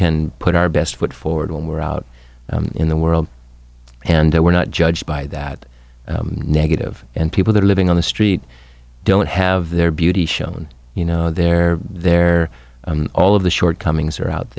can put our best foot forward when we're out in the world and we're not judged by that negative people who are living on the street don't have their beauty shown you know they're there all of the shortcomings are out